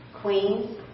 queens